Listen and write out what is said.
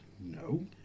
no